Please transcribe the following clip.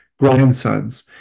Grandsons